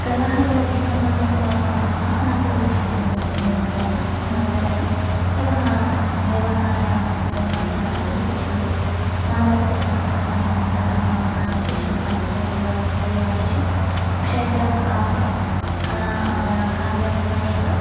कलाः तु अधिकम् अनिश्चिताः अथवा आर्थिकदृष्टिः न्यूनताय न्यूनतया व्यवहारः व्यवहाराः व्यवहार्याः इति दृश्यन्ते मातीपितॄणां सहपाठिनां च प्रभावः अनेकेषु भारतीयपरिवारेषु परिवारेषु क्षेत्रकाव्य का का व्यवसायिक